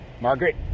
Margaret